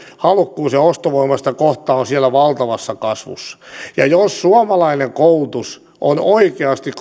halukkuus ja ostovoima länsimaista koulutusta kohtaan on siellä valtavassa kasvussa ja jos suomalainen korkeakoulukoulutus on oikeasti